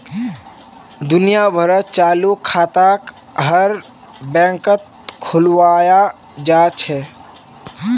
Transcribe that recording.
दुनिया भरत चालू खाताक हर बैंकत खुलवाया जा छे